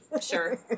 Sure